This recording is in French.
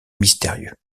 mystérieux